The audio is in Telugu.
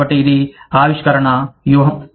కాబట్టి ఇది ఆవిష్కరణ వ్యూహం